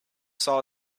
saw